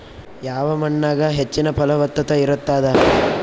ಯಾವ ಮಣ್ಣಾಗ ಹೆಚ್ಚಿನ ಫಲವತ್ತತ ಇರತ್ತಾದ?